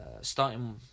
starting